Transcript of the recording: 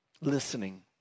listening